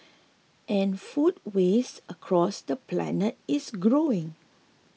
and food waste across the planet is growing